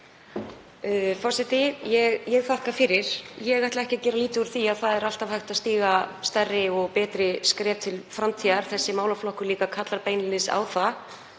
Forseti. Ég þakka fyrir. Ég ætla ekki að gera lítið úr því að það er alltaf hægt að stíga stærri og betri skref til framtíðar. Þessi málaflokkur kallar líka beinlínis á það.